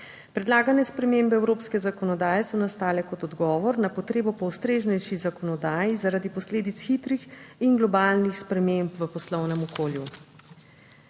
Predlagane spremembe evropske zakonodaje so nastale kot odgovor na potrebo po ustreznejši zakonodaji zaradi posledic hitrih in globalnih sprememb v poslovnem okolju.